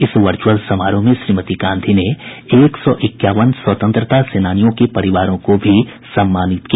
इस वर्चुअल समारोह में श्रीमती गांधी ने एक सौ इक्यावन स्वतंत्रता सेनानियों के परिवारों को भी सम्मानित किया